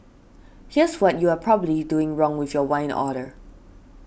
here's what you are probably doing wrong with your wine order